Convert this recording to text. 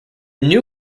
new